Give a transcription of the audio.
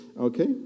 Okay